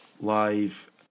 live